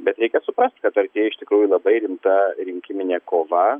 bet reikia suprast kad artėja iš tikrųjų labai rimta rinkiminė kova